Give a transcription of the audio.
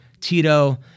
Tito